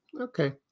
Okay